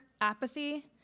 apathy